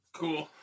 Cool